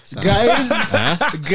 Guys